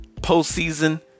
Postseason